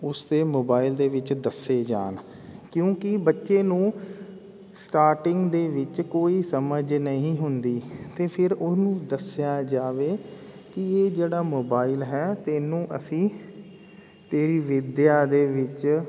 ਉਸਦੇ ਮੋਬਾਇਲ ਦੇ ਵਿੱਚ ਦੱਸੇ ਜਾਣ ਕਿਉਂਕਿ ਬੱਚੇ ਨੂੰ ਸਟਾਰਟਿੰਗ ਦੇ ਵਿੱਚ ਕੋਈ ਸਮਝ ਨਹੀਂ ਹੁੰਦੀ ਅਤੇ ਫਿਰ ਉਹਨੂੰ ਦੱਸਿਆ ਜਾਵੇ ਕਿ ਇਹ ਜਿਹੜਾ ਮੋਬਾਈਲ ਹੈ ਤੈਨੂੰ ਅਸੀਂ ਤੇਰੀ ਵਿਦਿਆ ਦੇ ਵਿੱਚ